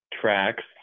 tracks